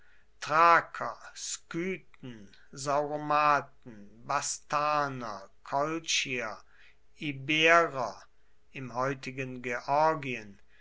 thraker skythen sauromaten bastarner kolchier iberer im heutigen georgien